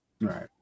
Right